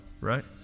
right